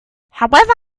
however